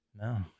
No